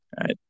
right